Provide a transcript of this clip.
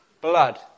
blood